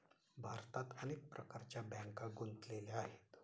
भारतात अनेक प्रकारच्या बँका गुंतलेल्या आहेत